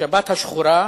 בשבת השחורה,